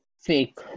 fake